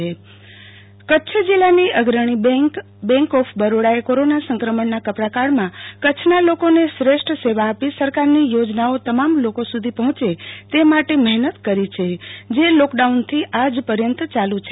Aarti Bhatt bank of Baroda Kutch જિલ્લાની અગણી bank bank of બરોડાએ કોરોના સંકમણના કપરા કાળમાં કચ્છના લોકો ને શ્રેષ્ઠ સેવા આપી સરકારની યોજનાઓ તમામ લોકો સુધી પહોચે તે માટે મહનત કરી છે જે લોકડાઉનથી આજ પર્યંત ચાલ છે